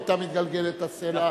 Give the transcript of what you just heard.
היה מתגלגל הסלע לתחתית.